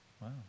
wow